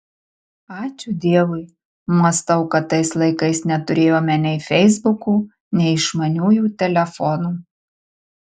ačiū dievui mąstau kad tais laikais neturėjome nei feisbukų nei išmaniųjų telefonų